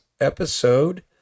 episode